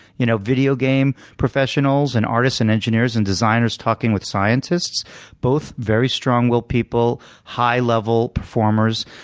you know video game professionals and artists and engineers and designers talking with scientists both very strong-willed people, high-level performers.